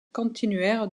continuèrent